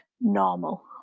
normal